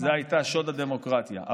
הייתה שוד הדמוקרטיה,